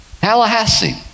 Tallahassee